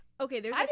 Okay